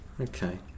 okay